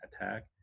attack